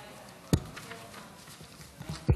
שאילתות לשר הביטחון,